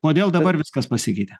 kodėl dabar viskas pasikeitė